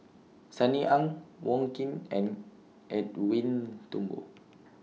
Sunny Ang Wong Keen and Edwin Thumboo